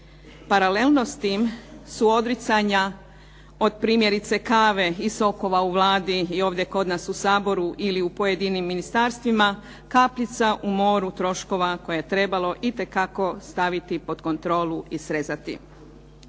Paralelno s tim su odricanja od primjerice kave i sokova u Vladi i ovdje kod nas u Saboru ili u pojedinim ministarstvima kapljica u moru troškova koje je trebalo itekako staviti pod kontrolu i srezati.